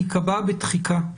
ייקבעו בתחיקה.